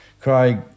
Craig